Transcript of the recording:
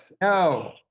No